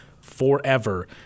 forever